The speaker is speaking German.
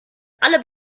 alle